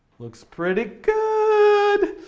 looks pretty good!